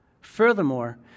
Furthermore